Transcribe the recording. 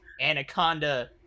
Anaconda